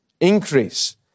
increase